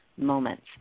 Moments